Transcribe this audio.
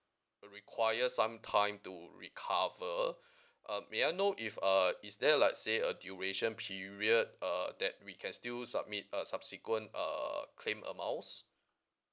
require some time to recover um may I know if uh is there like say a duration period uh that we can still submit a subsequent uh claim amounts